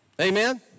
Amen